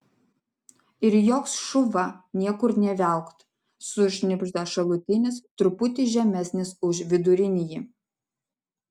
ir joks šuva niekur nė viaukt sušnibžda šalutinis truputį žemesnis už vidurinįjį